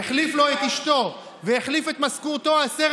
אדוני